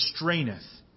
restraineth